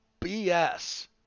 BS